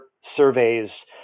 surveys